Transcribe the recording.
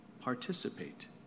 participate